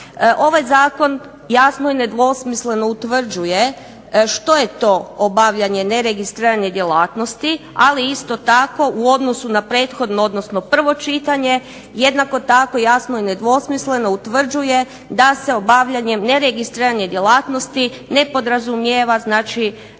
Ovaj zakon jasno i nedvosmisleno utvrđuje što je to obavljanje neregistrirane djelatnosti, ali isto tako u odnosu na prethodno, odnosno prvo čitanje, jednako tako jasno i nedvosmisleno utvrđuje da se obavljanjem neregistrirane djelatnosti ne podrazumijeva znači